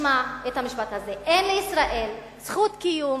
תשמע את המשפט הזה: אין לישראל זכות קיום